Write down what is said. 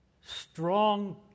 strong